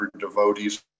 devotees